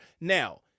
Now